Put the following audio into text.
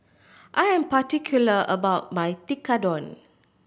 I am particular about my Tekkadon